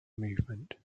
movement